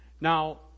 Now